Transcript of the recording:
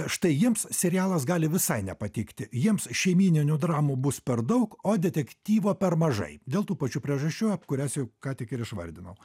štai jiems serialas gali visai nepatikti jiems šeimyninių dramų bus per daug o detektyvo per mažai dėl tų pačių priežasčių ap kurias jau ką tik ir išvardinau